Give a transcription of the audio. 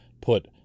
put